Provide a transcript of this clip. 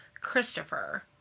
Christopher